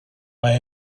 mae